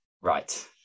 Right